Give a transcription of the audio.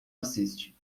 assiste